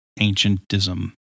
ancientism